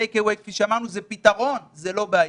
טייק-אווי, כפי שאמרנו, זה פתרון, זו לא בעיה.